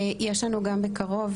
יש לנו גם בקרוב ,